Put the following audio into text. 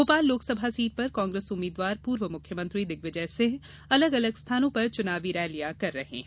Bhopal Lok Sabha seat पर कांग्रेस उम्मीद्वार पूर्व मुख्यमंत्री दिग्विजय सिंह अलग अलग स्थानों पर चुनावी रैलियां कर रहे हैं